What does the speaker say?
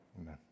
Amen